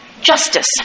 justice